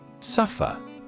Suffer